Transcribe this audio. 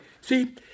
See